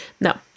No